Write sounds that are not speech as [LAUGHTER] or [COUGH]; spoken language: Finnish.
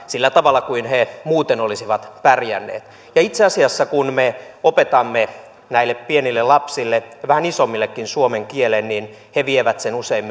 sillä tavalla kuin he muuten olisivat pärjänneet itse asiassa kun me opetamme näille pienille lapsille vähän isommillekin suomen kielen niin he vievät sen usein [UNINTELLIGIBLE]